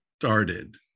started